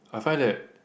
I find that